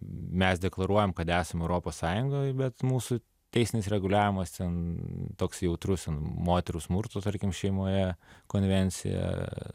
mes deklaruojam kad esam europos sąjungoj bet mūsų teisinis reguliavimas ten toks jautrus moterų smurto tarkim šeimoje konvencija